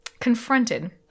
confronted